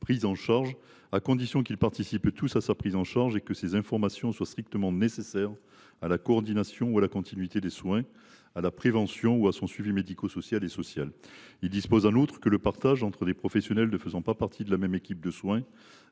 prise en charge, à condition qu’ils participent tous à sa prise en charge et que ces informations soient strictement nécessaires à la coordination ou à la continuité des soins, à la prévention ou à son suivi médico social et social ». Il dispose en outre que « [l]e partage, entre des professionnels ne faisant pas partie de la même équipe de soins,